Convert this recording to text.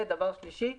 דבר שלישי,